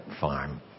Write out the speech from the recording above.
farm